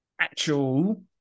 actual